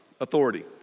authority